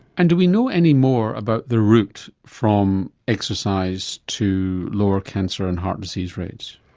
and do we know any more about the route from exercise to lower cancer and heart disease rates?